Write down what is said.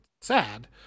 sad